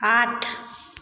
आठ